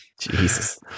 Jesus